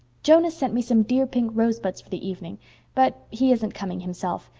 jonas sent me some dear pink rosebuds for the evening but he isn't coming himself.